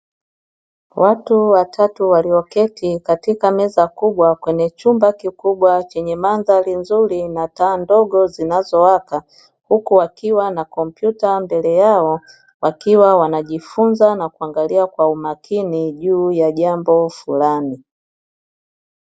Watu watatu walioketi katika meza kubwa kwenye chumba kikubwa chenye mandhari nzuri na taa ndogo zinazowaka, huku wakiwa na kompyuta mbele yao wakiwa wanajifunza na kuangalia kwa umakini juu ya jambo fulani.